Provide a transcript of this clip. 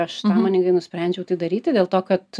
aš sąmoningai nusprendžiau tai daryti dėl to kad